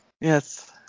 Yes